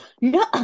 no